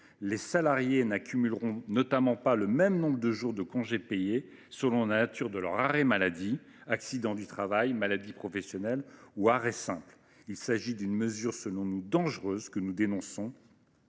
les salariés n’accumuleront pas le même nombre de jours de congés payés selon la nature de leur arrêt maladie : accident du travail, maladie professionnelle ou arrêt simple. Il s’agit d’une mesure dangereuse, que nous dénonçons.